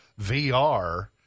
VR